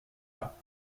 pas